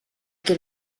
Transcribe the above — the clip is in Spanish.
que